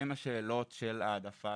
הן השאלות של העדפת,